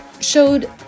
showed